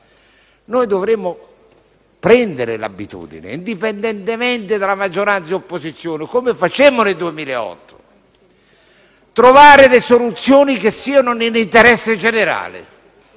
Dovremmo prendere l'abitudine, indipendentemente da maggioranza e opposizione, come facemmo nel 2008, di trovare quelle soluzioni che siano nell'interesse generale,